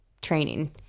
training